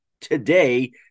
today